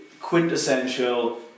quintessential